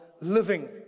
living